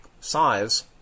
size